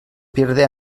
pierde